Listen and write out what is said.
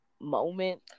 moment